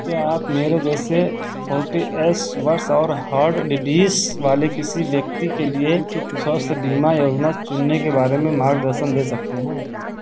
क्या आप मेरे जैसे फोरटी एस वर्ष और वाले किसी व्यक्ति के लिए स्वास्थ्य बीमा योजना चुनने के बारे में मार्गदर्शन दे सकते हैं